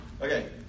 Okay